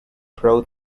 pro